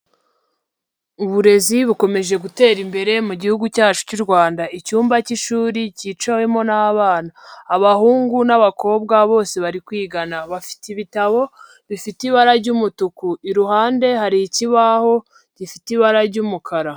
Uburezi bukomeje gutera imbere mu gihugu cyacu cy'u Rwanda, icyumba cy'ishuri cyicawemo n'abana, abahungu n'abakobwa bose bari kwigana, bafite ibitabo bifite ibara ry'umutuku, iruhande hari ikibaho gifite ibara ry'umukara.